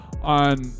on